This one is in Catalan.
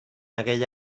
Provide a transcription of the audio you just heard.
aquell